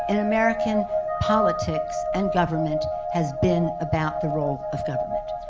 and american politicks and government has been about the roles of government.